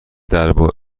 درباره